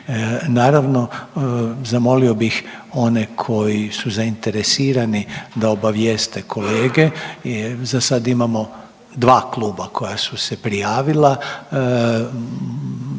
Naravno zamolio bih one koji su zainteresirani da obavijeste kolege. Za sada imamo 2 kluba koja su se prijavila,